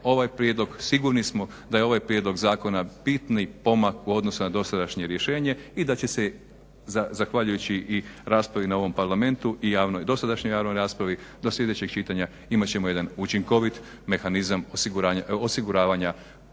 sigurni smo da je ovaj prijedlog zakona bitni pomak u odnosu na dosadašnje rješenje i da će se zahvaljujući i raspravi na ovom Parlamentu i dosadašnjoj javnoj raspravi do sljedećeg čitanja imat ćemo jedan učinkovit mehanizam osiguravanja